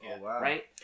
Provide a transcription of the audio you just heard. Right